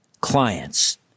clients